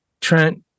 Trent